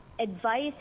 advice